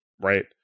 right